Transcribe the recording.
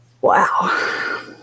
Wow